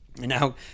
Now